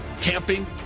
camping